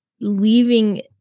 leaving